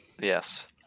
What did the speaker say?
Yes